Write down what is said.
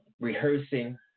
Rehearsing